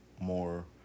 more